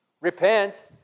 repent